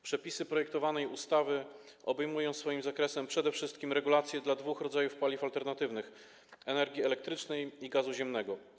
Przepisy projektowanej ustawy obejmują swoim zakresem regulacje przede wszystkim dotyczące dwóch rodzajów paliw alternatywnych - energii elektrycznej i gazu ziemnego.